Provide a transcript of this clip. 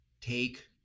take